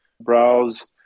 browse